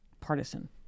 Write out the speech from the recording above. partisan